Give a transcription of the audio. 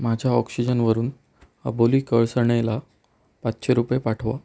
माझ्या ऑक्शिजनवरून अबोली कळसणेला पाचशे रुपये पाठवा